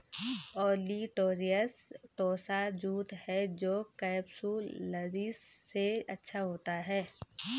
olitorius tossa jute है जो capsularis से अच्छा होता है